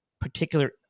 particular